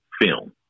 film